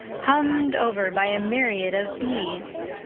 hummed over by a myriad of bees.